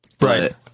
right